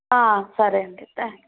సరే అండి థ్యాంక్స్